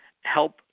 help